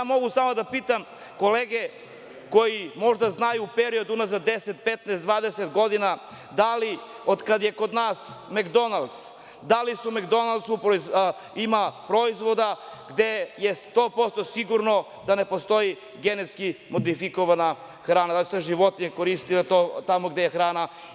Mogu samo da pitam kolege koje možda znaju period unazad 10, 15, 20 godina da li otkad je kod nas Mekdonalds, da li u Mekdonaldsu ima proizvoda gde je sto posto sigurno da ne postoji genetski modifikovana hrana, da li su te životinje koristile tamo gde je hrana.